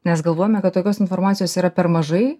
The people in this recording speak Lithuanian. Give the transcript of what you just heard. nes galvojome kad tokios informacijos yra per mažai